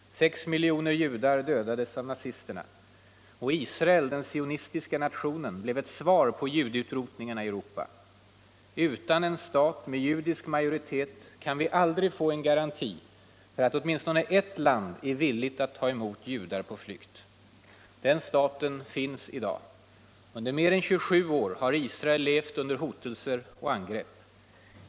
Sex miljoner judar dödades av nazisterna. Israel, den sionistiska nationen, blev ett svar på judeutrotningarna i Europa. Utan en stat med judisk majoritet kan vi aldrig få en garanti för att åtminstone ert land är villigt att ta emot judar på flykt. Den staten finns i dag. Under mer än 27 år har Israel levt under hotelser och angrepp.